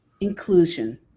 inclusion